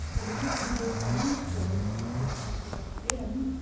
well the people who worked on these stories that are hypothetically at the end,